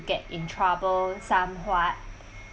get in trouble some what